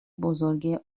بزرگ